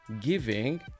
giving